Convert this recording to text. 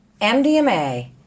MDMA